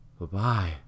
bye-bye